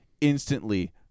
Instantly